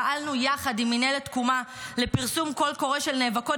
פעלנו יחד עם מינהלת תקומה לפרסום קול קורא של נאבקות